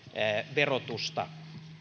verotusta